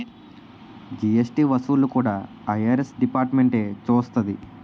GST వసూళ్లు కూడా IRS డిపార్ట్మెంటే చూస్తాది